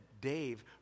Dave